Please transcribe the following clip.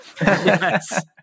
Yes